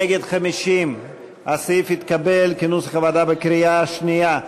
נגד, 50. הסעיף התקבל כנוסח הוועדה בקריאה שנייה.